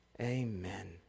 Amen